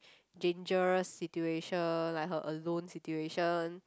dangerous situation like her alone situation